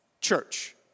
church